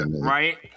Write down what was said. right